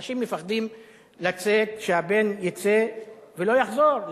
אנשים מפחדים לצאת, שהבן יצא לבית-הספר